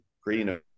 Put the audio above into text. creating